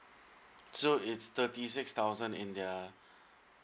so it's thirty six thousand in their